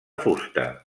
fusta